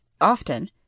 often